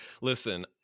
listen